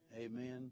amen